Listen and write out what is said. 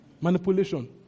Manipulation